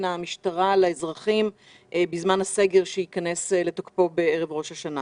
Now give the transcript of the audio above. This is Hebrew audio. המשטרה לאזרחים בזמן הסגר שייכנס לתוקפו בערב ראש השנה.